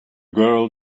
girl